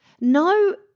No